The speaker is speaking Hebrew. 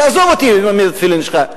תעזוב אותי עם התפילין שלך.